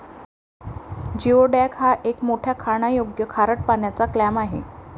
geoduck हा एक मोठा खाण्यायोग्य खारट पाण्याचा क्लॅम आहे